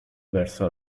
verso